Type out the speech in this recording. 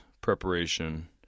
preparation